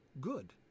good